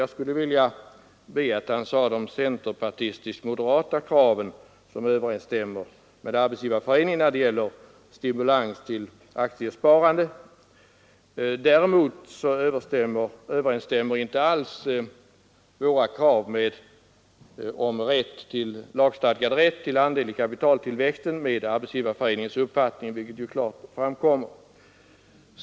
Jag skulle Nr 68 vilja be honom säga ”de centerpartistisk-moderata kraven” som överens Torsdagen den stämmer med Arbetsgivareföreningens när det gäller stimulans till 25 april 1974 aktiesparande. Våra krav på lagstadgad rätt till andel i kapitaltillväxten överensstämmer däremot inte alls med Arbetsgivareföreningens uppfattning, vilket klart framkommer.